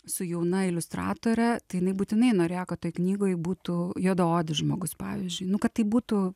su jauna iliustratore tai jinai būtinai norėjo kad toj knygoj būtų juodaodis žmogus pavyzdžiui nu kad tai būtų